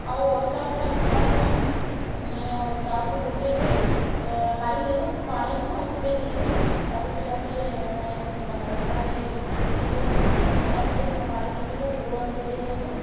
ଆଉ ଅଡ଼୍ସା ପିଠା ଭି ବନାଏସନ୍ ମାନେ ଚାଉଲ୍କେ ବତୁରେଇ କରି କାଢ଼ିଦେସନ୍ ପାଣିନୁ ଆଉ ସୁଖେଇ ଦେଇକରି ତା' ପରେ ସେଟାକେ ଆମେ ସେ ହେମ୍ଦସ୍ତାରେ କୁଟିକରି ସେଟା ଫିର୍ ହେନ୍ତା ପାଣି ବସେଇକରି ଗୁଡ଼ ଟିକେ ଦେଇନେସୁଁ